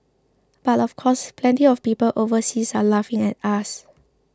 but of course plenty of people overseas are laughing at us